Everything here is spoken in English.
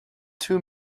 two